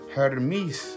Hermes